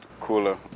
cooler